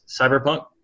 Cyberpunk